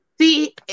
See